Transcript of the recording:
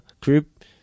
group